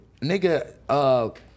nigga